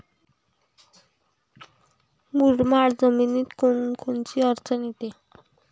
मुरमाड जमीनीत कोनकोनची अडचन येते?